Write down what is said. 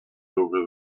over